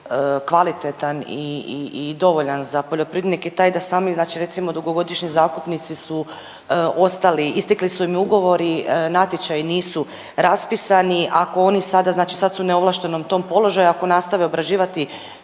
kvalitetan i dovoljan za poljoprivrednike, je taj da sami znači recimo dugogodišnji zakupnici su ostali, istekli su im ugovori. Natječaji nisu raspisani. Ako oni sada, znači sad su u neovlaštenom tom položaju. Ako nastave obrađivati